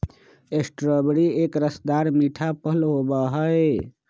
strawberry एक रसदार मीठा फल होबा हई